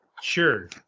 Sure